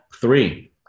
three